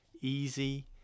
easy